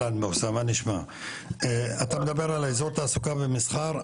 אתה מדבר על אזור תעסוקה ומסחר,